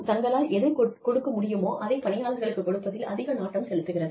தங்களால் எதைக் கொடுக்க முடியுமோ அதை பணியாளர்களுக்குக் கொடுப்பதில் அதிக நாட்டம் செலுத்துகிறது